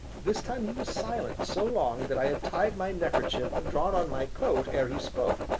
this time he was silent so long that i had tied my neckerchief and drawn on my coat ere he spoke,